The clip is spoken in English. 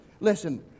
listen